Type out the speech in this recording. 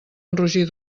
enrogir